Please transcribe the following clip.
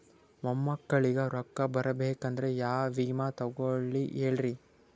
ಮೊಮ್ಮಕ್ಕಳಿಗ ರೊಕ್ಕ ಬರಬೇಕಂದ್ರ ಯಾ ವಿಮಾ ತೊಗೊಳಿ ಹೇಳ್ರಿ?